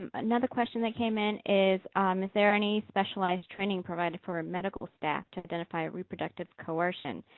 um another question that came in is there any specialized training provided for a medical staff to identify reproductive coercion,